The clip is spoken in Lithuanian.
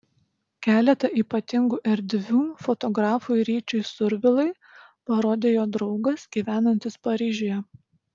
keletą ypatingų erdvių fotografui ryčiui survilai parodė jo draugas gyvenantis paryžiuje